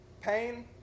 pain